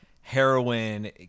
heroin